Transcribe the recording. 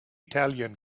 italian